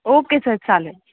okay sir चालेल